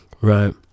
right